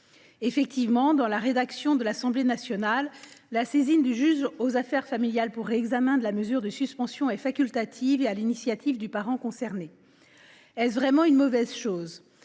conservés. Dans la rédaction de l’Assemblée nationale, la saisine du juge aux affaires familiales pour réexamen de la mesure de suspension est en effet facultative et prise sur l’initiative du parent concerné ; mais est ce vraiment une mauvaise chose ?